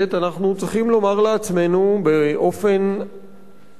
אנחנו צריכים לומר לעצמנו באופן כן